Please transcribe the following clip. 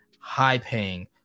high-paying